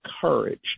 courage